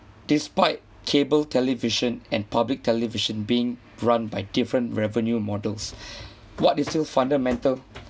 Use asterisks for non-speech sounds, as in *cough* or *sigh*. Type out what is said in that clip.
despite cable television and public television being run by different revenue models *breath* what is still fundamental